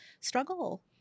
struggle